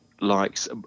likes